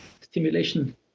stimulation